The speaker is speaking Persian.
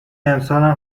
امسالم